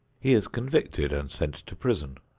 he is convicted and sent to prison.